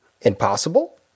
Impossible